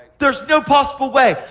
there's no possible way.